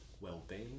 well-being